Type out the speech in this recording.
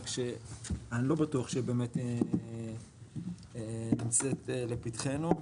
רק שאני לא בטוח שבאמת נמצאת לפתחנו.